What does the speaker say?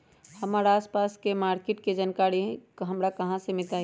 हमर आसपास के मार्किट के जानकारी हमरा कहाँ से मिताई?